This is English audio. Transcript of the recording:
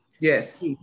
yes